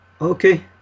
Okay